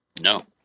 No